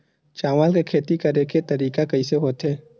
चावल के खेती करेके तरीका कइसे होथे?